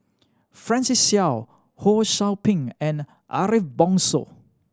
Francis Seow Ho Sou Ping and Ariff Bongso